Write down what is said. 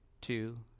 two